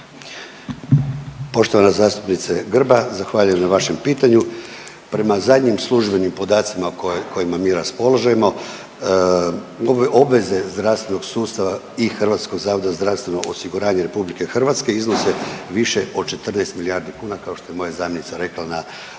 Poštovana zastupnice Grba, zahvaljujem na vašem pitanju. Prema zadnjim službenim podacima koji, kojima mi raspolažemo ove obveze zdravstvenog sustava i HZZO-a RH iznose više od 14 milijardi kuna kao što je moja zamjenica rekla na sjednici